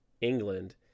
England